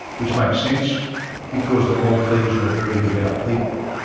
which makes sense because the maltese were very devout people.